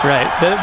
Right